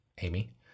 Amy